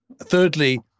Thirdly